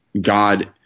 God